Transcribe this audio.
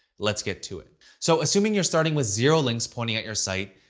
let's get to it. so assuming you're starting with zero links pointing at your site,